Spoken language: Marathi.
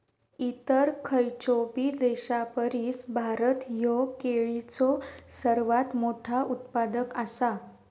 इतर खयचोबी देशापरिस भारत ह्यो केळीचो सर्वात मोठा उत्पादक आसा